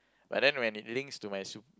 but then when it links to my su~